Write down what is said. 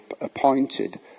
appointed